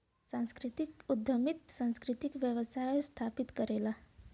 सांस्कृतिक उद्यमिता सांस्कृतिक व्यवसाय स्थापित करला